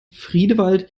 friedewald